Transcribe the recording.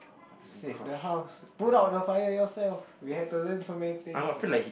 save the house put out the fire yourself we have to learn so many things